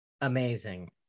Amazing